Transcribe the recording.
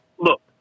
look